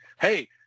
hey